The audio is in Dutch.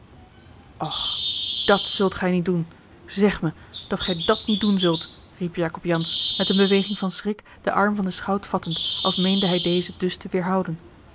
dàt zult gij niet doen zeg me dat gij dàt niet doen zult riep jacob jansz met eene beweging van schrik den arm van den schout vattend als meende hij dezen dus te weêrhouden